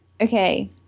Okay